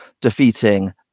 defeating